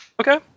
okay